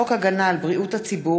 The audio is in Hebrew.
גזענות והדרת נשים במוסדות חינוך ממלכתיים),